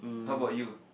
how about you